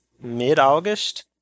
mid-August